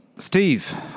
Steve